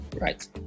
right